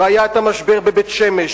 והיה המשבר בבית-שמש,